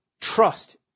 trust